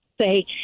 say